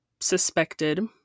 suspected